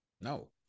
No